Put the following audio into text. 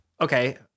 Okay